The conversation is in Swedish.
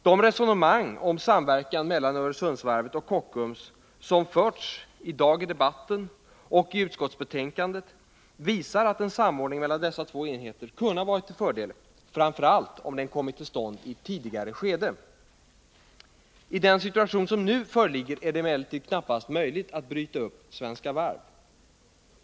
De resonemang om samverkan mellan Öresundsvarvet och Kockums som förts i utskottsbetänkandet och i debatten i dag visar att en samordning mellan dessa två enheter kunde ha varit till fördel, framför allt om den kommit till stånd i ett tidigare skede. I den situation som nu föreligger är det emellertid knappast möjligt att bryta upp Svenska Varv.